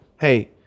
Hey